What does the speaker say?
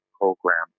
program